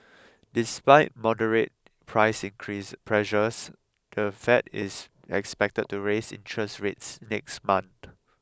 despite moderate price increase pressures the Fed is expected to raise interest rates next month